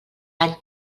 any